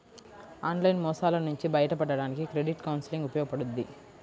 online మోసాల నుంచి బయటపడడానికి క్రెడిట్ కౌన్సిలింగ్ ఉపయోగపడుద్ది